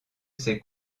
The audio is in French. ces